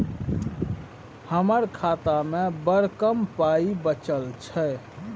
हमर खातामे बड़ कम पाइ बचल छै